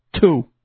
two